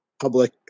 Public